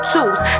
Tools